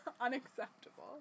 Unacceptable